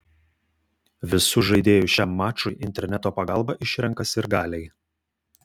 visus žaidėjus šiam mačui interneto pagalba išrenka sirgaliai